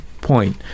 point